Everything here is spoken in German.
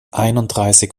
einunddreißig